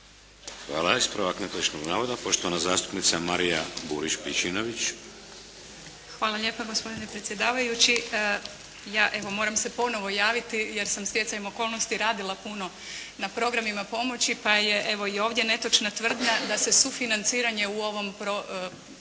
Hvala. Ispravak netočnog navoda, poštovana zastupnica Marija Burić-Pejčinović. **Pejčinović Burić, Marija (HDZ)** Hvala lijepa gospodine predsjedavajući. Ja evo, moram se ponovo javiti jer sam stjecajem okolnosti radila puno na programima pomoći pa je evo i ovdje netočna tvrdnja da se sufinanciranje u ovom programu